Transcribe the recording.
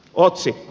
otsikko